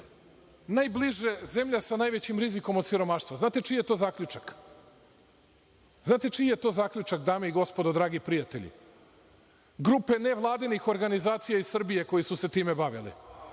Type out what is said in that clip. najbliže zemlja sa najvećim rizikom od siromaštva. Znate čiji je to zaključak, znate čiji je to zaključak, dame i gospodo, dragi prijatelji? Grupe nevladinih organizacija iz Srbije koje su se time bavile.